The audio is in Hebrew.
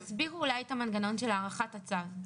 טל, תסבירי אולי את המנגנון של הארכת הצו.